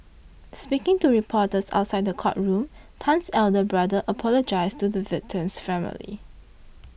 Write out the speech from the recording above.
speaking to reporters outside the courtroom Tan's eldest brother apologised to the victim's family